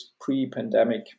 pre-pandemic